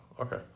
okay